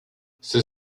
c’est